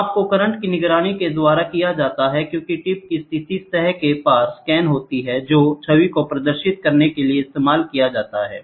माप को करंट की निगरानी के द्वारा किया जाता है क्योंकि टिप की स्थिति सतह के पार स्कैन होती है जो छवि को प्रदर्शित करने के लिए इस्तेमाल किया जा सकता है